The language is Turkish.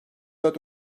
dört